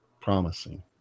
promising